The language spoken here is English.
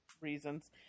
reasons